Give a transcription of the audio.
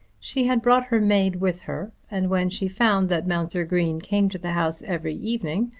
she had brought her maid with her and when she found that mounser green came to the house every evening,